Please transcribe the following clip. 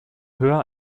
höher